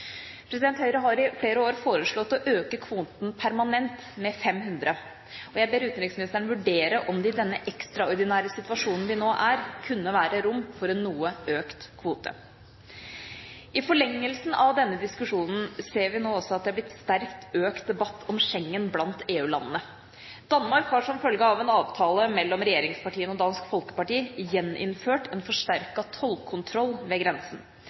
Høyre har i flere år foreslått å øke kvoten permanent med 500, og jeg ber utenriksministeren vurdere om det i denne ekstraordinære situasjonen vi nå er i, kunne være rom for en noe økt kvote. I forlengelsen av denne diskusjonen ser vi nå også at det er blitt sterkt økt debatt om Schengen blant EU-landene. Danmark har som følge av en avtale mellom regjeringspartiene og Dansk Folkeparti gjeninnført en forsterket tollkontroll ved grensen.